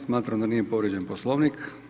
Smatram da nije povrijeđen Poslovnik.